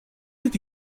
have